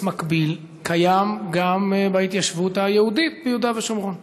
מקביל קיים גם בהתיישבות היהודית ביהודה ושומרון?